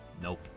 Nope